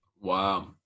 Wow